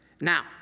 Now